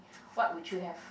what would you have